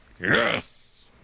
Yes